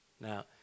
Now